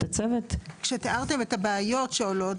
כשתיארתם את הבעיות שעולות,